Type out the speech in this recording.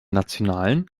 nationalen